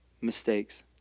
mistakes